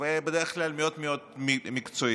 ובדרך כלל מאוד מאוד מקצועית.